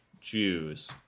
Jews